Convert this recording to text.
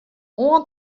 oan